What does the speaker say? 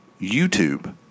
YouTube